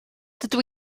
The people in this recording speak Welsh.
dydw